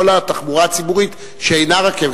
כל התחבורה הציבורית שאינה רכבת.